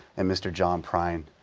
and mr. john prine.